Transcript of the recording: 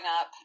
up